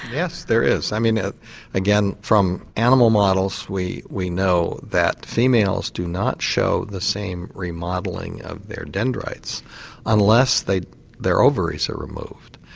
yes there is. you know again from animal models we we know that females do not show the same remodelling of their dendrites unless their ovaries are removed.